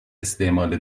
استعمال